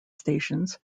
stations